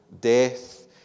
death